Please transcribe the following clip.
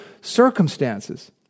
circumstances